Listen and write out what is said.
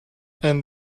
and